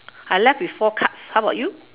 I left with four cards how about you